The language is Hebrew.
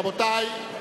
רבותי,